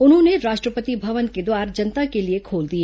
उन्होंने राष्ट्रपति भवन के द्वार जनता के लिए खोल दिए